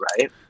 right